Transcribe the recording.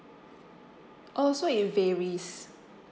oh so it varies